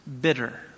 Bitter